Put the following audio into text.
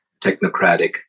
technocratic